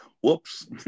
Whoops